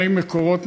מי "מקורות",